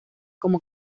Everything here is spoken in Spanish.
como